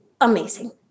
amazing